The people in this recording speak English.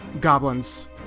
goblins